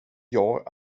jag